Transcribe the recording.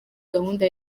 gahunda